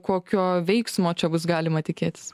kokio veiksmo čia bus galima tikėtis